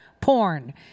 porn